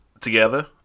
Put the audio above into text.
together